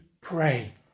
pray